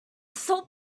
salt